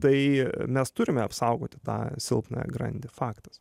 tai mes turime apsaugoti tą silpnąją grandį faktas